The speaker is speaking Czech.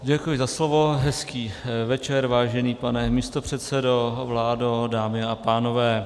Děkuji za slovo, hezký večer, vážený pane místopředsedo, vládo, dámy a pánové.